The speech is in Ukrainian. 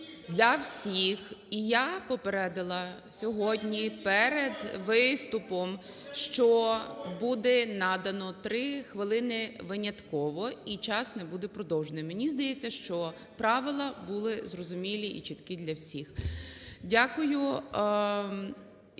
Для всіх! І я попередила сьогодні перед виступом, що буде надано 3 хвилини винятково, і час не буде продовжено. Мені здається, що правила були зрозумілі і чіткі для всіх. Дякую.